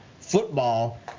football